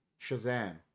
Shazam